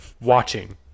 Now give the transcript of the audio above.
watching